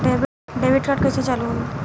Debit card कइसे चालू होई?